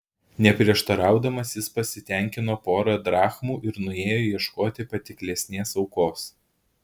neprieštaraudamas jis pasitenkino pora drachmų ir nuėjo ieškoti patiklesnės aukos